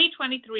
2023